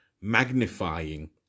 magnifying